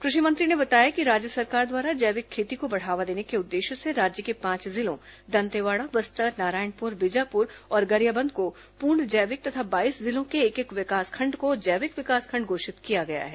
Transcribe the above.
कृषि मंत्री ने बताया कि राज्य सरकार द्वारा जैविक खेती को बढ़ावा देने के उद्देश्य से राज्य के पांच जिलों दंतेवाड़ा बस्तर नारायणपुर बीजापुर और गरियाबंद को पूर्ण जैविक तथा बाईस जिलों के एक एक विकासखंड को जैविक विकासखंड घोषित किया गया है